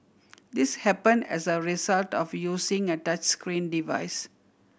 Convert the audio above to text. this happened as a result of using a touchscreen device